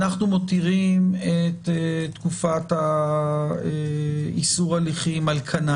אנחנו מותירים את תקופת איסור ההליכים על כנה.